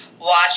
Watch